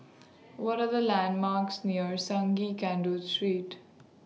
What Are The landmarks near Sungei Kadut Street